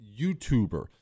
YouTuber